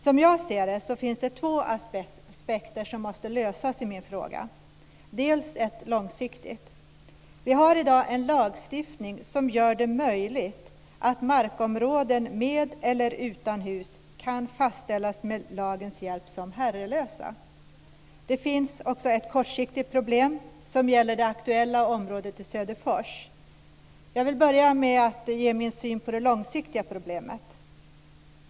Som jag ser det finns det i min fråga två aspekter på en lösning. Den ena är långsiktig. Vi har i dag en lagstiftning som gör det möjligt att markområden med eller utan hus med lagens hjälp kan fastställas som herrelösa. Den andra aspekten är det kortsiktiga problem som gäller det aktuella området i Söderfors. Jag vill börja med att ge min syn på det långsiktiga problemet.